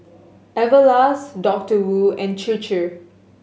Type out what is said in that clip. Everlast Doctor Wu and Chir Chir